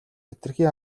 хэтэрхий